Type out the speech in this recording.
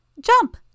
Jump